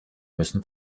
müssen